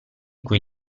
cui